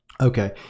okay